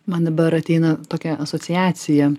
man dabar ateina tokia asociacija